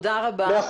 תודה רבה.